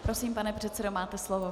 Prosím, pane předsedo, máte slovo.